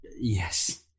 Yes